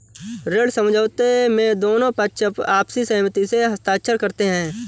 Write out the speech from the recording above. ऋण समझौते में दोनों पक्ष आपसी सहमति से हस्ताक्षर करते हैं